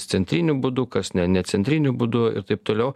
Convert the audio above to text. centriniu būdu kas ne ne centriniu būdu ir taip toliau